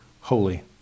holy